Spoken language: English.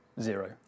zero